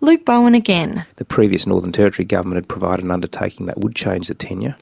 luke bowen the previous northern territory government had provided an undertaking that would change the tenure